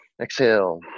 Exhale